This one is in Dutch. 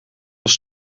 als